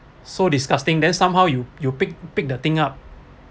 so disgusting then somehow you you pick pick the thing up